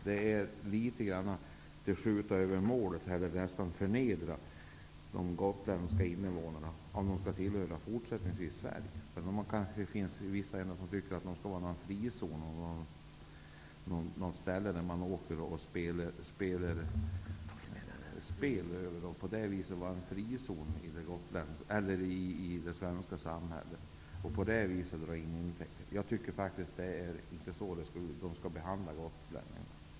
Det är litet grand som att skjuta över målet och nästan förnedra de gotländska invånarna -- om de fortsättningsvis skall tillhöra Det kanske finns vissa som tycker att Gotland skall vara en frizon i det svenska samhället, ett ställe dit man åker och spelar olika spel, och att man på det viset skall dra in diverse intäkter. Så skall man inte behandla gotlänningarna.